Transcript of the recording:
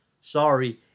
Sorry